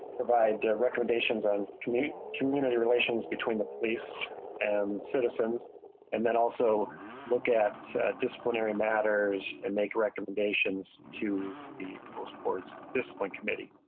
providing recommendations and community community relations between the police and citizens and then also look at said disciplinary matters and make recommendations to the sports just like committee.